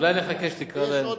אולי נחכה שתקרא להם?